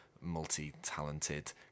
multi-talented